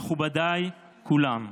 מכובדיי כולם,